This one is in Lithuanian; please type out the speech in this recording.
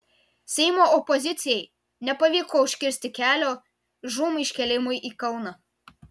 seimo opozicijai nepavyko užkirsti kelio žūm iškėlimui į kauną